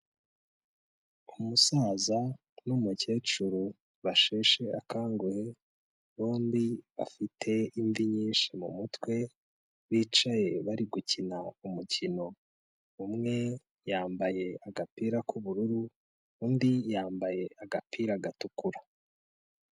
Umusaza n'umukecuru basheshe akanguhe, bombi bafite imvi nyinshi mu mutwe, bicaye bari gukina umukino, umwe yambaye agapira k'ubururu, undi yambaye agapira gatukura.